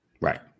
Right